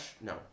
No